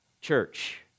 church